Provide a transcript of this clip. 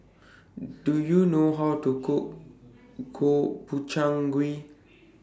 Do YOU know How to Cook Gobchang Gui